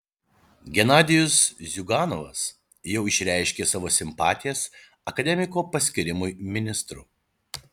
genadijus ziuganovas jau išreiškė savo simpatijas akademiko paskyrimui ministru